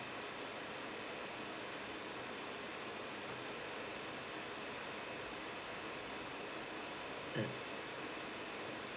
mm